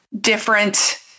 different